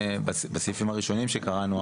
בסעיפים הראשונים שקראנו,